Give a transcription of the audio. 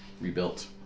rebuilt